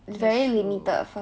that's true